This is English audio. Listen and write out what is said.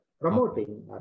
promoting